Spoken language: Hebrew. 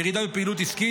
ירידה בפעילות עסקית,